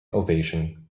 ovation